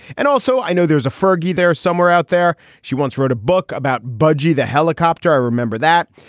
and also, i know there's a fergie there somewhere out there. she once wrote a book about budgie, the helicopter. i remember that.